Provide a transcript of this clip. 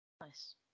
Nice